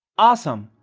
awesome!